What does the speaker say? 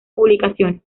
publicaciones